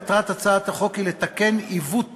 מטרת הצעת החוק היא לתקן עיוות